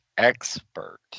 expert